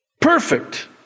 perfect